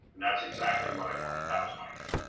and that's exactly what i wanted. that was my